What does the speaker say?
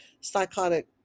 psychotic